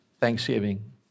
Thanksgiving